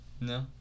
No